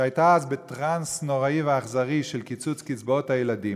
שהייתה אז בטרנס נוראי ואכזרי של קיצוץ קצבאות הילדים,